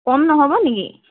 কম নহ'ব নেকি